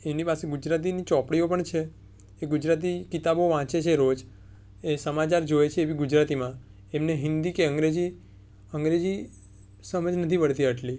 એમની પાસે ગુજરાતીની ચોપડીઓ પણ છે એ ગુજરાતી કિતાબો વાંચે છે રોજ એ સમાચાર જુએ છે એ બી ગુજરાતીમાં એમને હિન્દી કે અંગ્રેજી અંગ્રેજી સમજ નથી પડતી એટલી